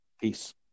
Peace